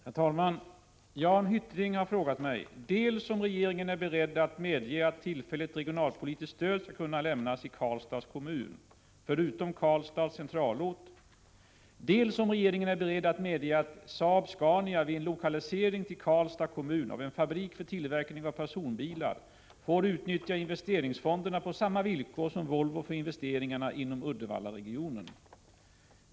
Herr talman! Jan Hyttring har frågat mig dels om regeringen är beredd att medge att tillfälligt regionalpolitiskt stöd skall kunna lämnas i Karlstads kommun, förutom Karlstads centralort, dels om regeringen är beredd att medge att SAAB-Scania vid en lokalisering till Karlstads kommun av en fabrik för tillverkning av personbilar får utnyttja investeringsfonderna på samma villkor som Volvo för investeringarna inom Uddevallaregionen.